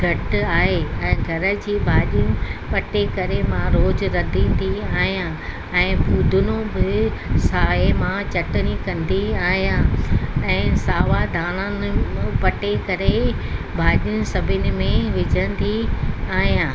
घटि आहे ऐं घर जी भाॼियूं पटे करे मां रोज़ु रधींदी आहियां ऐं फूदिनो बि साए मां चटिणी कंदी आहियां ऐं सावा धाणा म मूं पटे करे भाॼियूं सभिनि में विझंदी आहियां